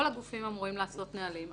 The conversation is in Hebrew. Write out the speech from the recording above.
כל הגופים אמורים לעשות נהלים.